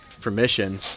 permission